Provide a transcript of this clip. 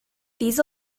these